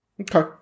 Okay